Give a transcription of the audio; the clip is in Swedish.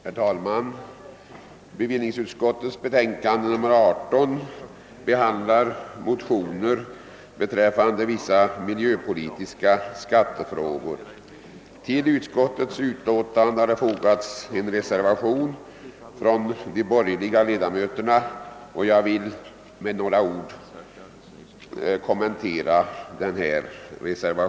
Herr talman! Bevillningsutskottets betänkande nr 18 behandlar motioner beträffande vissa miljöpolitiska skattefrågor. Till utskottets betänkande har de borgerliga ledamöterna fogat en reservation som jag med några ord vill kommentera.